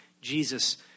Jesus